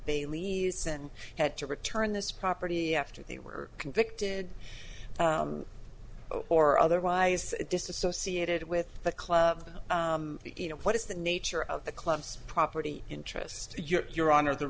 baileys and had to return this property after they were convicted or otherwise disassociated with the club you know what is the nature of the club's property interest your your honor the